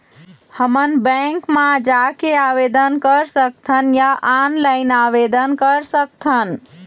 हमन बैंक मा जाके आवेदन कर सकथन या ऑनलाइन आवेदन कर सकथन?